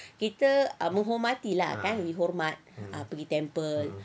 kita menghormati lah kan we hormat pergi temple